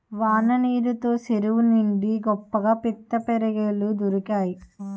వాన నీరు తో సెరువు నిండి గొప్పగా పిత్తపరిగెలు దొరికేయి